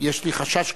לי חשש כבד,